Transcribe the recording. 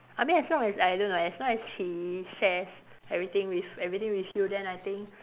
I mean as long as I don't know as long as she shares everything with everything with you then I think